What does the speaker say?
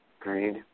Agreed